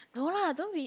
no lah don't be